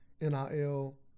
NIL